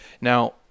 Now